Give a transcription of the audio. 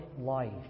life